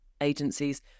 agencies